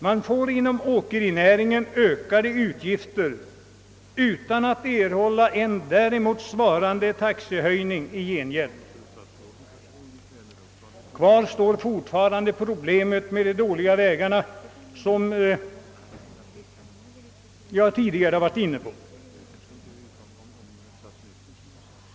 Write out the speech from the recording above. Man får inom åkerinäringen ökade utgifter utan att erhålla en däremot svarande taxehöjning i gengäld. Kvar står fortfarande problemet med de dåliga vägarna som jag tidigare varit inne på.